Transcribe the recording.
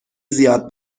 زیاد